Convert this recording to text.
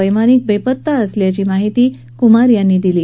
वैमानिकही बेपत्ता असल्याची माहीती कुमार यांनी दिली